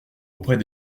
auprès